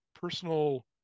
personal